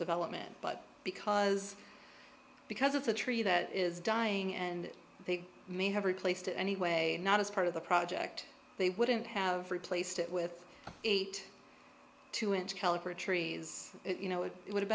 development but because because it's a tree that is dying and they may have replaced it anyway not as part of the project they wouldn't have replaced it with eight two inch caliber trees you know it would have